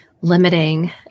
limiting